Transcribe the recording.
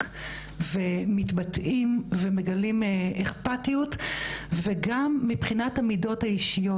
ומתבטאים ומגלים אכפתיות וגם מבחינת המידות האישיות.